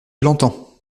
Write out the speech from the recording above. l’entends